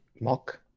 mock